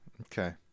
Okay